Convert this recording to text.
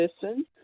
person